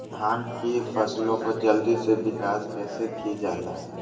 धान की फसलें को जल्दी से विकास कैसी कि जाला?